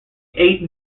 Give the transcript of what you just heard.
eight